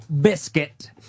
biscuit